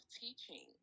teaching